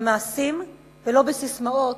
במעשים ולא בססמאות,